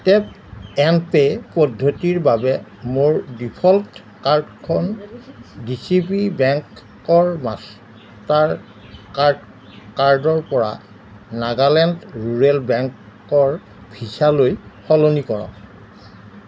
tap and pay পদ্ধতিৰ বাবে মোৰ ডিফ'ল্ট কাৰ্ডখন ডি চি বি বেংকৰ মাষ্টাৰ কাৰ্ড কাৰ্ডৰ পৰা নাগালেণ্ড ৰুৰেল বেংকৰ ভিছালৈ সলনি কৰক